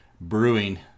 brewing